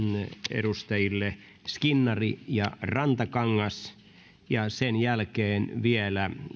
edustajille skinnari ja rantakangas ja sen jälkeen vielä